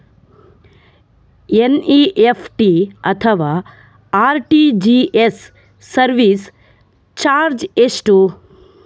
NEFT ಅಥವಾ RTGS service charge ಎಷ್ಟು?